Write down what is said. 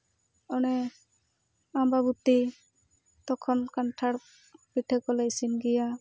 ᱚᱱᱮ ᱟᱸᱵᱟ ᱵᱚᱛᱤ ᱛᱚᱠᱷᱚᱱ ᱠᱟᱱᱴᱷᱟᱲ ᱯᱚᱴᱷᱟᱹ ᱠᱚᱞ ᱤᱥᱤᱱ ᱜᱮᱭᱟ